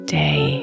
day